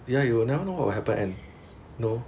ya you will never know what will happen and know